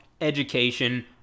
education